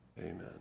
amen